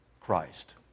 Christ